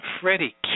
Freddie